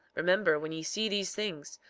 remember, when ye see these things,